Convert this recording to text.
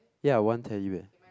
ya one Teddy Bear